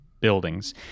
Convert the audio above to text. buildings